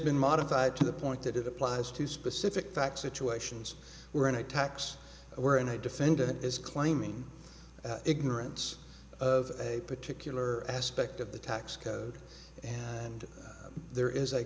been modified to the point that it applies to specific facts situations were in attacks were and i defended it is claiming ignorance of a particular aspect of the tax code and there is